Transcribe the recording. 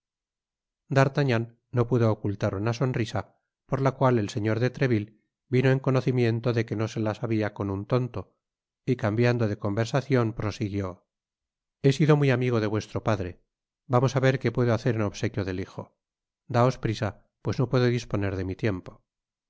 artagnan no pudo ocultar una sonrisa por la cual el señor de treville vino en conocimiento de que no se las habia con un tonto y cambiando de conversacion prosiguió he sido muy amigo de vuestro padre vamos á ver qué puedo hacer en obsequio del hijo daos prisa pues no puedo disponer de mi tiempo